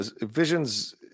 visions